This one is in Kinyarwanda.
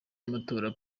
y’amatora